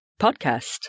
podcast